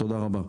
תודה רבה.